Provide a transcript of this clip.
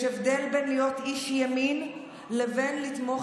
יש הבדל בין להיות איש ימין לבין לתמוך